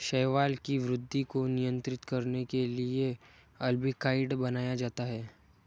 शैवाल की वृद्धि को नियंत्रित करने के लिए अल्बिकाइड बनाया जाता है